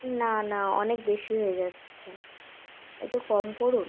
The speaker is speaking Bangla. না না অনেক বেশি হয়ে যাচ্ছে একটু কম করুন